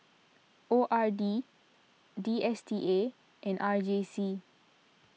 O R D D S T A and R J C